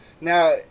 Now